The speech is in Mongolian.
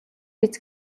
биз